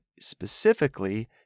specifically